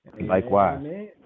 Likewise